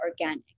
organic